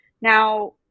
now